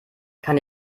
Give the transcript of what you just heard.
kann